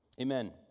Amen